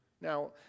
Now